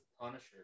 punisher